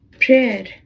prayer